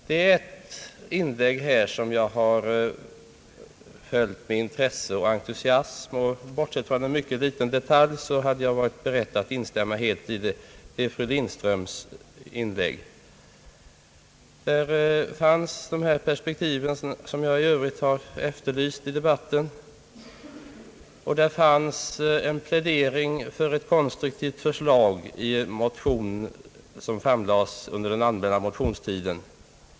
Ett debattinlägg här har jag följt med intresse och entusiasm, och bortsett från en mycket liten detalj skulle jag helt ha kunnat instämma i det som fru Lindström yttrade. Där fanns de perspektiv som jag i övrigt har efterlyst i debatten, och där fanns en plädering för ett konstruktivt förslag i en motion som framlagts under den allmänna motionstiden.